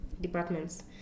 departments